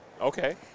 Okay